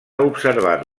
observat